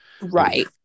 Right